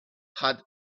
had